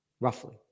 roughly